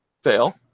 Fail